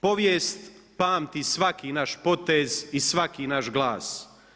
Povijest pamti svaki naš potez i svaki naš glas.